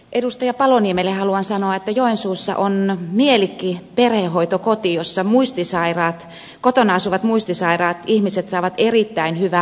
edustaja paloniemelle haluan sanoa että joensuussa on mielikki perhehoitokoti jossa kotona asuvat muistisairaat ihmiset saavat erittäin hyvää vuorohoitoa